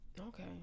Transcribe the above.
Okay